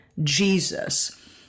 Jesus